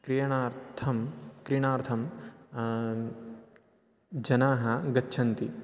क्रयणार्थं क्रीणार्थं जनाः गच्छन्ति